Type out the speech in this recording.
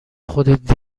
خودت